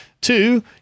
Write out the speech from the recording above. two